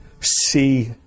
see